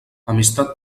amistat